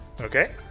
Okay